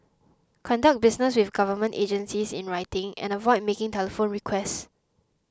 conduct business with government agencies in writing and avoid making telephone requests